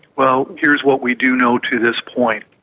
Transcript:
well, here's what we do know to this point.